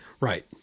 Right